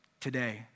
today